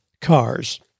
cars